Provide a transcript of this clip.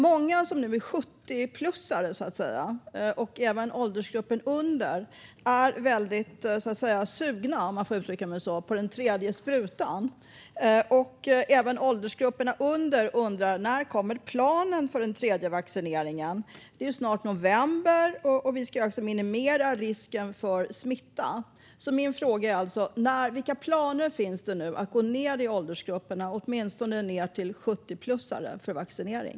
Många som nu är 70-plus, och även de i åldersgruppen under, är väldigt sugna, om jag får uttrycka mig så, på den tredje sprutan. Även åldersgrupperna under undrar: När kommer planen för den tredje vaccineringen? Det är snart november, och vi ska minimera risken för smitta. Min fråga är alltså: Vilka planer finns det nu för att gå ned i åldersgrupperna, åtminstone ned till 70-plus, för vaccinering?